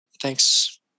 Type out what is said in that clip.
Thanks